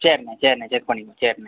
சரிணே சரிணே செக் பண்ணிக்கங்க சரிணே